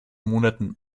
monaten